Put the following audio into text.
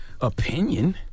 opinion